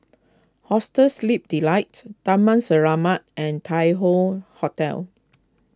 Hostel Sleep Delight Taman Selamat and Tai Hoe Hotel